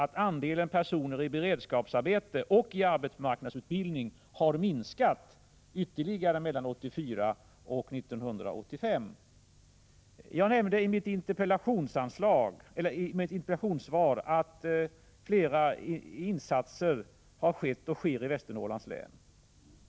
Till det positiva i utvecklingen i länet hör däremot den minskande arbetslösheten och Om ENE Jag nämnde i mitt interpellationssvar att flera insatser har skett och sker i Västernorrlands län.